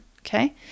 okay